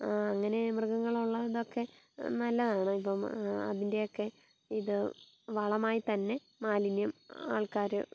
അങ്ങനെ മൃഗങ്ങളുള്ള ഇതൊക്കെ നല്ലതാണ് ഇപ്പം അതിൻറ്റെയൊക്കെ ഇത് വളമായി തന്നെ മാലിന്യം ആൾക്കാർ